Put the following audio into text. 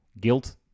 Guilt